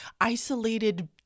isolated